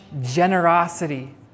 generosity